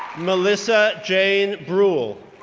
melissa jane bruehl,